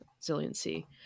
resiliency